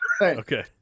Okay